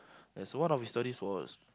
ya so one of his stories was